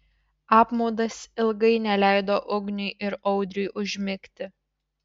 apmaudas ilgai neleido ugniui ir audriui užmigti